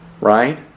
Right